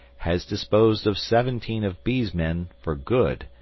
has disposed of seventeen of b's men for good,